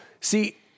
see